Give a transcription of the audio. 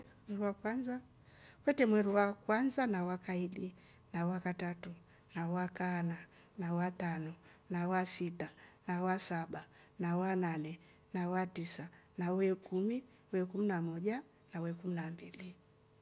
Mrua wakwnaza kwete mweru wa kwanza na wakaili na wakatatu na wakaana na watano na wasita na wasaba na wanane na watisa na weukumi. wekumi na moja na wekum na mbili.